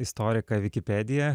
istoriką vikipedia